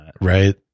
right